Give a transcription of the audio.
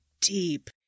deep